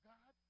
God